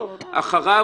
אחריו,